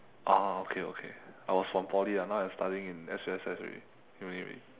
oh okay okay I was from poly ah now I studying in S_U_S_S already uni already